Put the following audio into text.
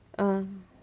ah